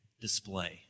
display